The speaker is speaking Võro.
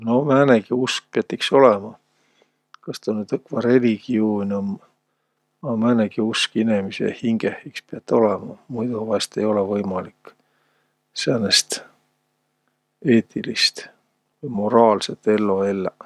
No määnegi usk piät iks olõma. Kas tä no õkva religiuun um, a määnegi usk inemise hingeh iks piät olõma. Muido vaest ei olõ võimalik säänest eetilist ja moraalsõt ello elläq.